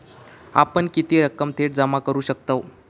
आपण किती रक्कम थेट जमा करू शकतव?